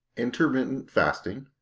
intermittent fasting